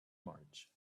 march